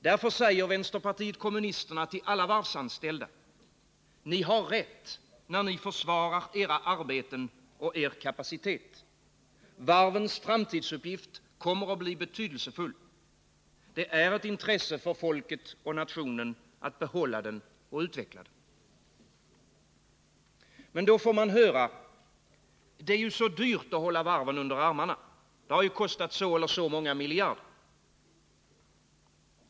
Därför säger vänsterpartiet kommunisterna till alla varvsanställda: Ni har rätt när ni försvarar era arbeten och er kapacitet. Varvens framtidsuppgift kommer att bli betydelsefull. Det är ett intresse för folket och nationens framtid att behålla den och utveckla den. Men då får man höra: Det är ju så dyrt att hålla varven under armarna! Det har ju kostat så och så många miljarder.